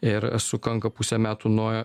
ir sukanka pusę metų nuo